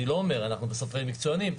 אנחנו מקצוענים.